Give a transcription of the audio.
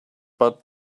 but